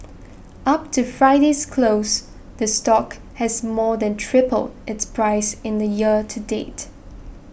up to Friday's close the stock has more than tripled its price in the year to date